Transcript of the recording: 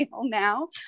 now